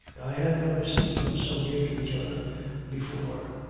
i had never seen them so near to each other before,